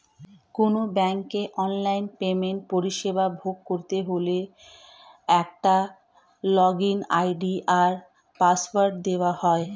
কোনো ব্যাংকের অনলাইন পেমেন্টের পরিষেবা ভোগ করতে হলে একটা লগইন আই.ডি আর পাসওয়ার্ড দেওয়া হয়